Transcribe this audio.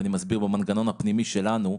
ואני מסביר במנגנון הפנימי שלנו,